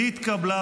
נתקבל.